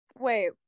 wait